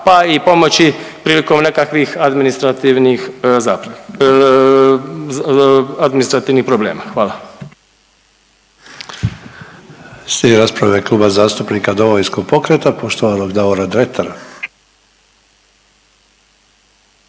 pa i pomoći prilikom nekakvih administrativnih zapreka,